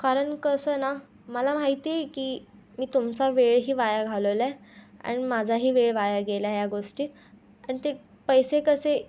कारण कसं आहे ना मला माहिती की मी तुमचा वेळही वाया घालवला आहे आणि माझाही वेळ वाया गेला या गोष्टीत आणि ते पैसे कसे